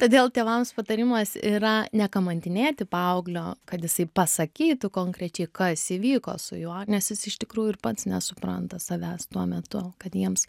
todėl tėvams patarimas yra nekamantinėti paauglio kad jisai pasakytų konkrečiai kas įvyko su juo nes jis iš tikrųjų ir pats nesupranta savęs tuo metu kad jiems